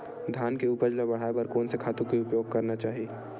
धान के उपज ल बढ़ाये बर कोन से खातु के उपयोग करना चाही?